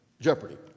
jeopardy